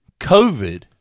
COVID